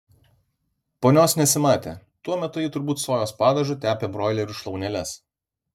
ponios nesimatė tuo metu ji turbūt sojos padažu tepė broilerių šlauneles